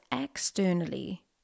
externally